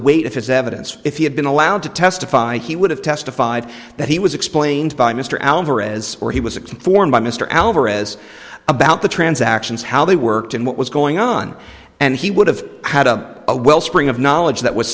weight of his evidence if he had been allowed to testify he would have testified that he was explained by mr alvarez or he was a conformed by mr alvarez about the transactions how they worked and what was going on and he would have had a a wellspring of knowledge that was